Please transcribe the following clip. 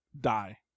die